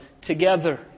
together